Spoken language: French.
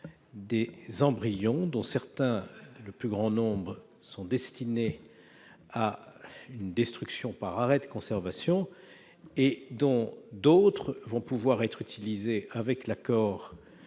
des embryons dont le plus grand nombre est destiné à la destruction par arrêt de conservation, et dont d'autres pourront être utilisés, avec l'accord